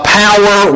power